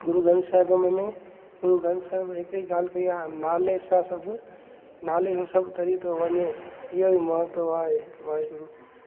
गुरू ग्रंथ साहिब में गुरू ग्रंथ साहिब में हिक ही ॻाल्हि कई आहे नाले सां सभु नाले सां सभु तरी थो वञे इहो ई महत्तव आहे वाहेगुरु